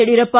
Yediyurappa